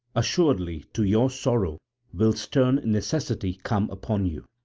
assuredly to your sorrow will stern necessity come upon you.